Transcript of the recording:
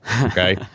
okay